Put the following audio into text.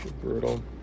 brutal